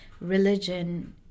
religion